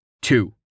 two